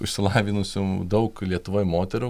išsilavinusių daug lietuvoj moterų